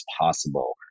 possible